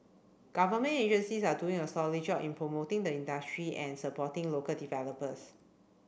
government agencies are doing a solid job in promoting the industry and supporting local developers